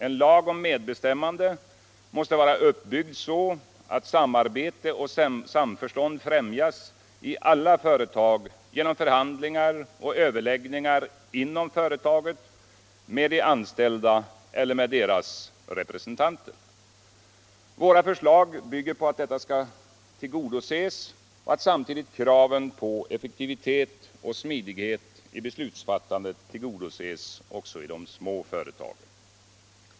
En lag om medbestämmande måste vara uppbyggd så att samarbete och samförstånd i alla företag främjas genom förhandlingar och överläggningar inom företagen med de anställda eller deras representanter. Våra förslag bygger på att detta krav skall tillgodoses och att samtidigt kraven på effektivitet och smidighet i beslutsfattandet tillgodoses också i de små företagen.